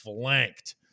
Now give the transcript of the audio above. flanked